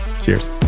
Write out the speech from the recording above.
Cheers